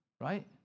right